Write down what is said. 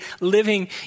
living